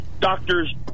doctors